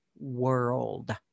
world